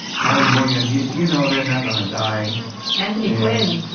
harry morgan you you know they're not gonna die anthony quinn,